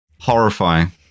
Horrifying